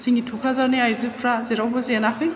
जोंनि थुक्राझारनि आइजोफ्रा जेरावबो जेनाखै